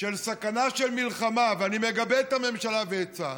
של סכנה של מלחמה, ואני מגבה את הממשלה ואת צה"ל,